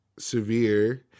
severe